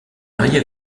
marié